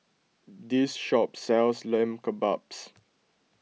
this shop sells Lamb Kebabs